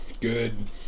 good